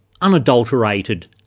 unadulterated